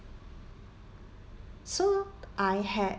so I had